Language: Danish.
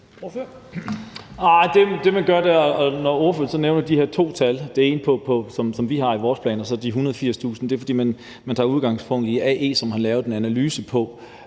Når ordføreren nævner, at der er de her to tal – det ene, som vi har i vores plan, og så de 180.000 – er det, fordi man tager udgangspunkt i AE, som har lavet en analyse af,